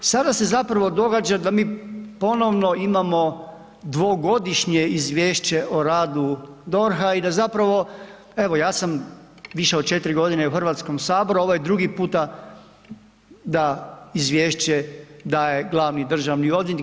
Sada se zapravo događa da mi ponovno imamo dvogodišnje izvješće o radu DORH-a i da zapravo evo ja sam više od 4 godine u Hrvatskom saboru a ovo je drugi puta da izvješće daje glavni državni odvjetnik.